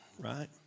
right